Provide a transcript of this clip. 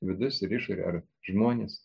vidus ir išorė ar žmonės